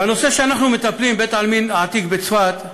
בנושא שאנחנו מטפלים, בית-העלמין העתיק בצפת,